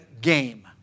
game